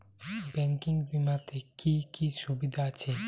Banking বিমাতে কি কি সুবিধা আছে?